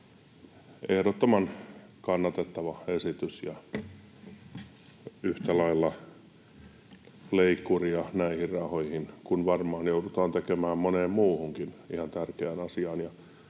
Ehdottoman kannatettava esitys. Yhtä lailla leikkuria näihin rahoihin, kun varmaan joudutaan tekemään moneen muuhunkin ihan tärkeään asiaan.